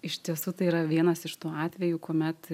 iš tiesų tai yra vienas iš tų atvejų kuomet